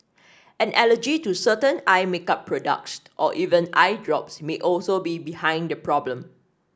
an allergy to certain eye makeup products or even eye drops may also be behind the problem